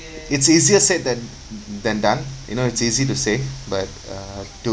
it's easier said than than done you know it's easy to say but uh to